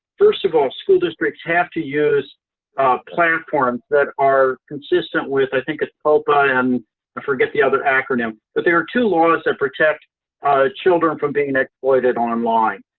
first of all, school districts have to use platforms that are consistent with i think it's coppa, and i forget the other acronym but there are two laws that protect children from being exploited online.